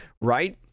right